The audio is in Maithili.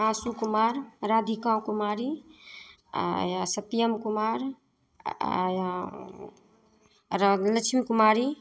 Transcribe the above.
आशु कुमार राधिका कुमारी आओर सत्यम कुमार आओर राग लक्ष्मी कुमारी